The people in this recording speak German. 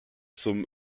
zum